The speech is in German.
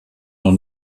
noch